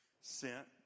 sent